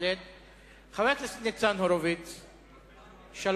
חבר הכנסת ניצן הורוביץ מתנגד.